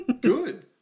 Good